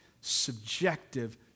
subjective